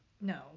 No